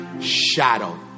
shadow